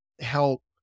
help